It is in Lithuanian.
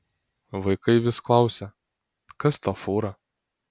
vaikai vis klausia kas ta fūra